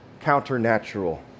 Counternatural